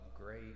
great